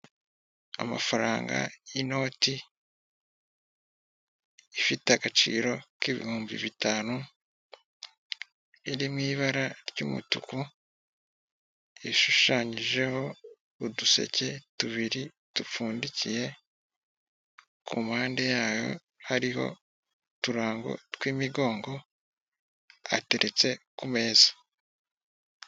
Amafaranga y'inoti ifite agaciro k'ibihumbi bitanu, yari mu ibara ry'umutuku, yashushanyijeho uduseke tubiri dupfundikiye, ku mpande yayo hariho uturango tw'imigongo ateretse ku meza.